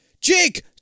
Jake